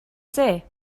say